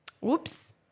whoops